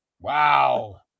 Wow